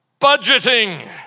Budgeting